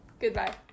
Goodbye